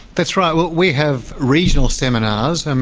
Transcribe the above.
that's right. we have regional seminars, and